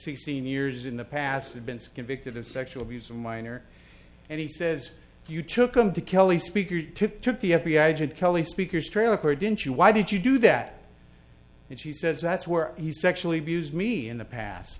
sixteen years in the past have been second victim of sexual abuse of a minor and he says you took them to kelly speaker to took the f b i agent kelly speaker's trailer didn't you why did you do that and she says that's where he sexually abused me in the past